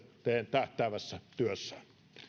tähtäävässä työssään